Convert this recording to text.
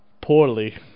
poorly